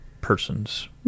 persons